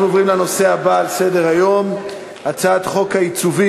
אנחנו עוברים לנושא הבא על סדר-היום: הצעת חוק העיצובים,